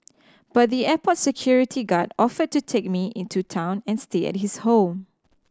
but the airport security guard offered to take me into town and stay at his home